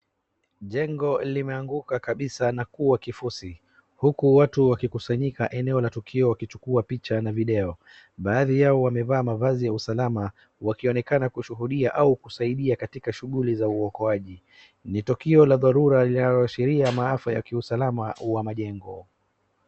Jengo limeanguka kabisa na kuwa kifusi, huku watu wakikusanyika eneo la tukio wakichukua picha na video. Baadhi yao wamevaa mavazi ya usalama, wakionekana kushuhudia au kusaidia katika shughuli za uokoaji. Ni tukio la dharura linaloashiria maafa ya kiusalama wa majengo.